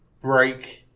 break –